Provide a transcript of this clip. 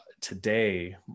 today